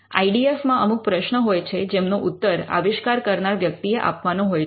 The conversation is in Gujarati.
આઇ ડી એફ માં અમુક પ્રશ્નો હોય છે જેમનો ઉત્તર આવિષ્કાર કરનાર વ્યક્તિએ આપવાનો હોય છે